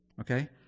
okay